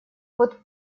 вот